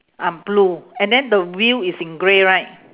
ah blue and then the wheel is in grey right